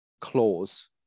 clause